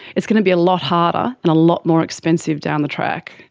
it's going to be a lot harder and a lot more expensive down the track.